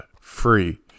free